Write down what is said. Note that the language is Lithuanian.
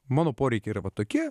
mano poreikiai yra tokie